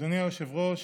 אדוני היושב-ראש,